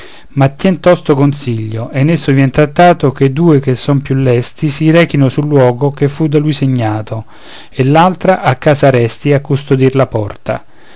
ma tien tosto consiglio e in esso vien trattato che i due che son più lesti si rechino sul luogo che fu da lui segnato e l'altra a casa resti a custodir la porta